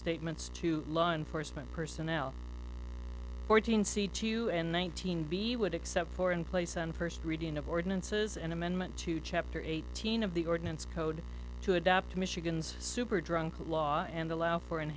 statements to law enforcement personnel fourteen see to you and one thousand be would except for in place on first reading of ordinances an amendment to chapter eighteen of the ordinance code to adapt to michigan's super drunk law and allow for